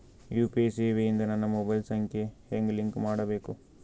UPI ಸೇವೆ ಇಂದ ನನ್ನ ಮೊಬೈಲ್ ಸಂಖ್ಯೆ ಹೆಂಗ್ ಲಿಂಕ್ ಮಾಡಬೇಕು?